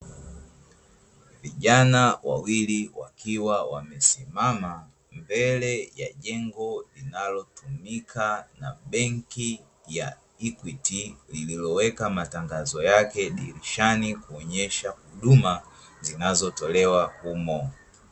Vijana wawili wakiwa wamesimama mbele ya jengo linalotumika na benki ya "equity" iliyoweka matangazo yake dirishani kuonyesha huduma zinazotolewa humo.